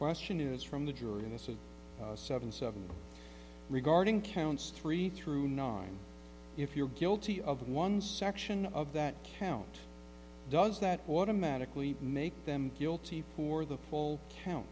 question is from the jury this is seven seven regarding counts three through nine if you're guilty of one section of that count does that automatically make them guilty for the full c